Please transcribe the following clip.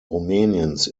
rumäniens